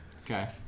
Okay